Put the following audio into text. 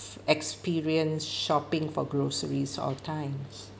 experience shopping for groceries all times